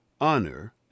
honor